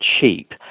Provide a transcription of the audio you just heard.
cheap